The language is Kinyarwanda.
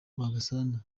rwagasana